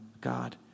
God